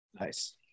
Nice